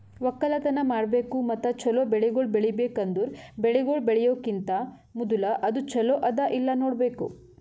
ಒಕ್ಕಲತನ ಮಾಡ್ಬೇಕು ಮತ್ತ ಚಲೋ ಬೆಳಿಗೊಳ್ ಬೆಳಿಬೇಕ್ ಅಂದುರ್ ಬೆಳಿಗೊಳ್ ಬೆಳಿಯೋಕಿಂತಾ ಮೂದುಲ ಅದು ಚಲೋ ಅದಾ ಇಲ್ಲಾ ನೋಡ್ಬೇಕು